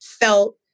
felt